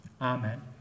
amen